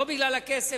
לא בגלל הכסף,